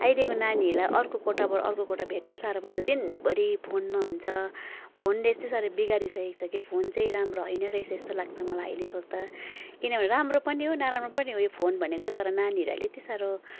अहिलेको नानीहरूलाई अर्को कोठाबाट अर्को कोठा भेट्नु पनि साह्रो पर्छ दिनभरि फोनमा हुन्छ फोनले यस्तो साह्रो बिगारिसकेको छ कि फोन चाहिँ राम्रो होइन रहेछ जस्तो लाग्छ मलाई अहिले सोच्दा किनभने राम्रो पनि हो नराम्रो पनि हो यो फोन भनेको तर नानीहरू अहिले यति साह्रो